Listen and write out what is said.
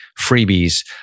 freebies